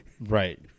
Right